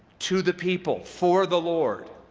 to the people, for the lord.